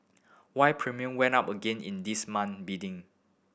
why premium went up again in this month's bidding